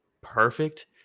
perfect